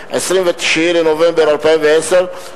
29 בנובמבר 2010,